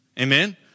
Amen